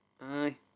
Aye